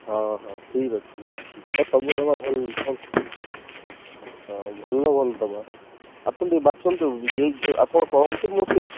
ହଁ ହଁ ଠିକ ଅଛି ଦେବା ସବୁ ଦେବା ଭଲ ଭଲ ହଁ ଭଲ ଭଲ ଦେବା ଆପଣ ଟିକିଏ ବାଛନ୍ତୁ ଯେ ଯୋ ଆପଣ କହନ୍ତୁ ମୁଁ ସେ